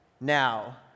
now